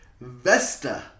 Vesta